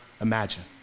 imagine